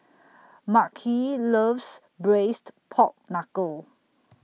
Makhi loves Braised Pork Knuckle